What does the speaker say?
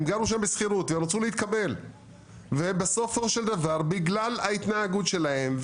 הם גרו שם בשכירות ורצו להתקבל ובסופו של דבר בגלל ההתנהגות שלהם,